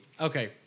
Okay